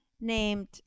named